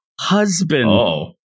husband